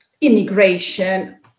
immigration